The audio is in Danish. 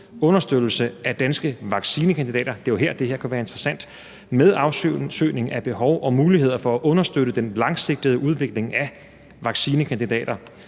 Understøttelse af danske vaccinekandidater – det er jo her, at det her kunne være interessant – med afsøgning af behov og muligheder for at understøtte den langsigtede udvikling af vaccinekandidater.